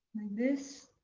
this.